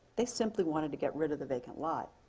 they simply wanted to get rid of the vacant lot.